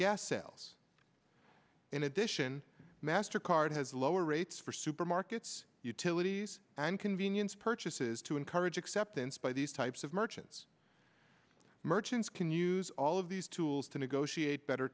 gas sales in addition mastercard has lower rates for supermarkets utilities and convenience purchases to encourage acceptance by these types of merchandise merchants can use all of these tools to negotiate better